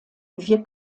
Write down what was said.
wir